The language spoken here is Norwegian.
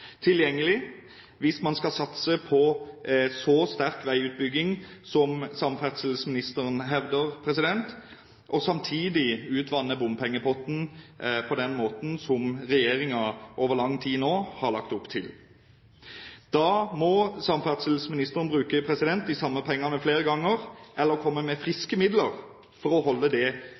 tilgjengelig hvis man skal satse på en så sterk veiutbygging som samferdselsministeren hevder, og samtidig utvanne bompengepotten på den måten som regjeringen over lang tid nå har lagt opp til. Da må samferdselsministeren bruke de samme pengene flere ganger eller komme med friske midler for å holde det